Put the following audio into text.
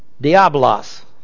Diablos